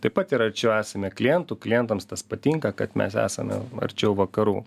taip pat ir arčiau esame klientų klientams tas patinka kad mes esame arčiau vakarų